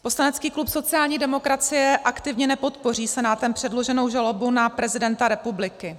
Poslanecký klub sociální demokracie aktivně nepodpoří Senátem předloženou žalobu na prezidenta republiky.